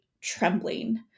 trembling